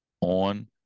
on